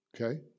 Okay